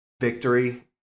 victory